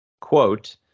Quote